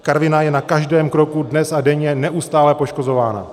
Karviná je na každém kroku dnes a denně neustále poškozována.